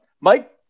Mike